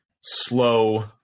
slow